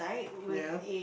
ya